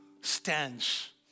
stands